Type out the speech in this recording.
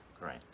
Great